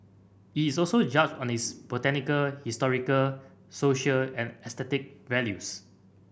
it is also judged on its botanical historical social and aesthetic values